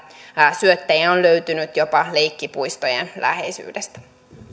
syöttejä on löytynyt jopa leikkipuistojen läheisyydestä